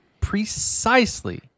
precisely